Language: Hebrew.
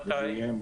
מתי?